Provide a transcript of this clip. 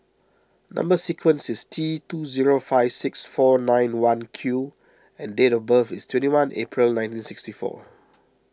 Number Sequence is T two zero five six four nine one Q and date of birth is twenty one April nineteen sixty four